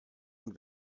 und